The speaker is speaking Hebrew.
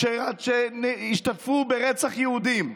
שהשתתפו ברצח יהודים,